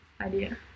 idea